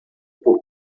por